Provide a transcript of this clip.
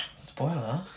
Spoiler